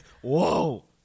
Whoa